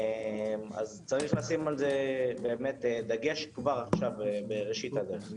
אז צריך לשים על זה דגש כבר עכשיו בראשית הדרך.